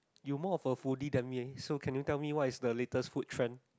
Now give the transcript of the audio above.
you more of a foodie than me eh so can you tell me what's the latest food trend